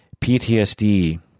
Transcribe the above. PTSD